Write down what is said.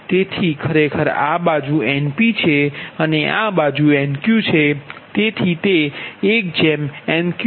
તેથી ખરેખર આ બાજુ Np છે અને આ બાજુ Nqછે તેથી તે1Nq Nt